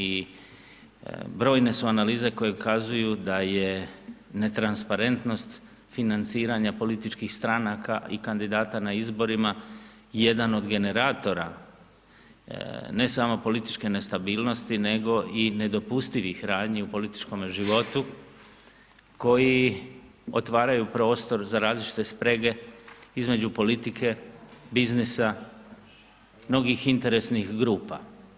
I brojne su analize koje ukazuju da je netransparentnost financiranja političkih stranaka i kandidata na izborima jedan od generatora ne samo političke nestabilnosti nego i nedopustivih radnji u političkome životu koji otvaraju prostor za različite sprege između politike, biznisa, mnogih interesnih grupa.